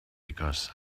because